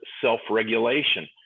self-regulation